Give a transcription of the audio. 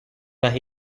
las